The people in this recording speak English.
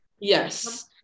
yes